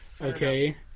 Okay